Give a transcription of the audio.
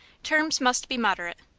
terms must be moderate.